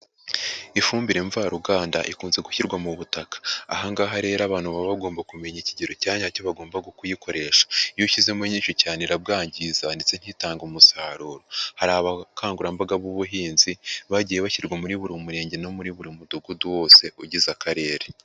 Ifumbire mvaruganda ikunze gushyirwa mu butaka, ahangaha rero abantu baba bagomba kumenya ikigero cya nyacyo bagomba kuyikoresha, iyo ushyizemo nyinshi cyane irabwangiza ndetse ntitange umusaruro hari abakangurambaga b'ubuhinzi bagiye bashyirwa muri buri murenge no muri buri mudugudu wose ugize akarere.